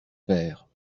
père